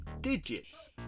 digits